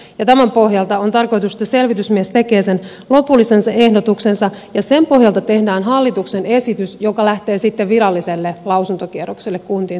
on tarkoitus että tämän pohjalta selvitysmies tekee sen lopullisen ehdotuksensa ja sen pohjalta tehdään hallituksen esitys ja tuo lakiluonnos lähtee sitten viralliselle lausuntokierrokselle kuntiin